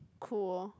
cool